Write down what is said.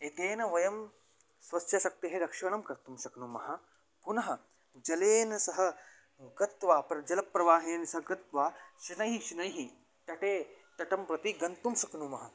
एतेन वयं स्वस्यशक्तेः रक्षणं कर्तुं शक्नुमः पुनः जलेन सह गत्वा प्र जलप्रवाहेन सह कृत्वा शनै शनैः तटे तटं प्रति गन्तुं शक्नुमः